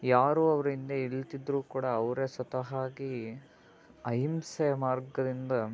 ಯಾರೋ ಅವ್ರ ಹಿಂದೆ ಇಲ್ದಿದ್ದರೂ ಕೂಡ ಅವರೇ ಸ್ವತಃ ವಾಗಿ ಅಹಿಂಸೆಯ ಮಾರ್ಗದಿಂದ